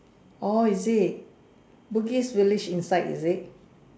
oh is this book is really in side easy